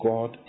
God